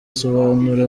asobanurira